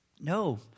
no